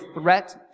threat